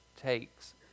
takes